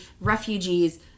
refugees